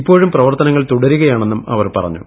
ഇപ്പോഴും പ്രവർത്തനങ്ങൾ തുടരുകയാണ്ടെന്നും അവർ പറഞ്ഞു